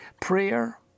Prayer